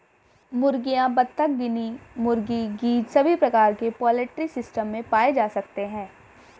मुर्गियां, बत्तख, गिनी मुर्गी, गीज़ सभी प्रकार के पोल्ट्री सिस्टम में पाए जा सकते है